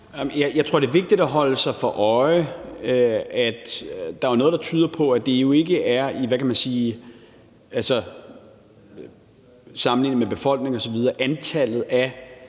Jeg tror, det er vigtigt at holde sig for øje, at der jo er noget, der tyder på, at det i, hvad kan man sige, sammenligning med befolkningen osv. ikke er antallet af